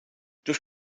durch